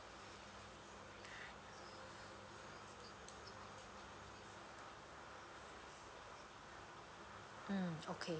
mm okay